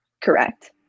correct